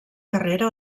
carrera